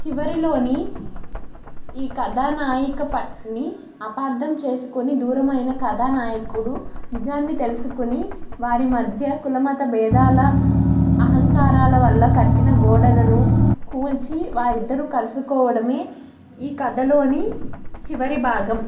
చివరిలోని ఈ కథానాయిక పత్ని అపార్థం చేసుకుని దూరమైన కథనాయకుడు నిజాన్ని తెలుసుకుని వారి మధ్య కులమత బేధాల అహంకారాల వల్ల కట్టిన గోడలను కూల్చి వారిద్దరూ కలుసుకోవడమే ఈ కథలోని చివరి భాగం